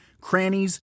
crannies